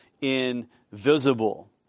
invisible